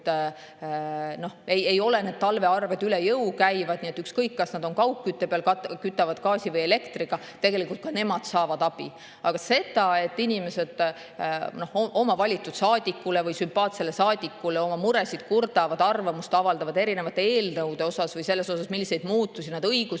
ei ole need arved talvel üle jõu käivad, ükskõik, kas nad on kaugkütte peal, kütavad gaasi või elektriga. Tegelikult ka nemad saavad abi. Aga see, et inimesed oma valitud saadikule või sümpaatsele saadikule oma muresid kurdavad, arvamust avaldavad erinevate eelnõude kohta või selle kohta, milliseid muutusi nad